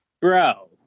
Bro